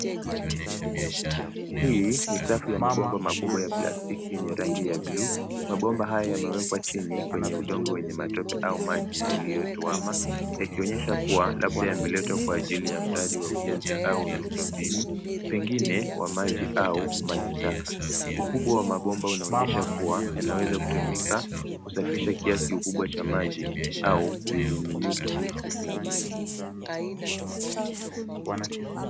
Hii ni safu ya mabomba makubwa ya plastiki yenye rangi ya bluu. Mabomba haya yamewekwa chini kwenye udongo wenye matope au maji yaliyotuama yakionyesha kuwa labda yameletwa kwa ajili ya mradi wa ujenzi au miundombinu pengine wa maji au maji taka. Ukubwa wa mabomba unaonyesha kuwa yanaweza kutumika kusafirisha kuasi kikubwa cha maji au vimiminiki vingine.